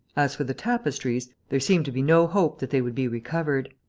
as for the tapestries, there seemed to be no hope that they would be recovered.